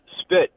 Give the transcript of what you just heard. spit